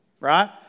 right